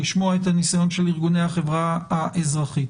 לשמוע את הניסיון של ארגוני החברה האזרחית.